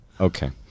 okay